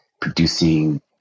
producing